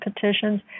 petitions